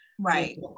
Right